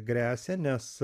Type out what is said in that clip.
gresia nes